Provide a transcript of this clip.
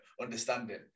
understanding